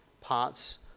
parts